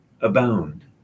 abound